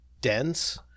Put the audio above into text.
dense